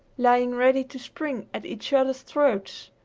lying ready to spring at each other's throats.